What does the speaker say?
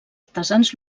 artesans